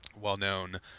well-known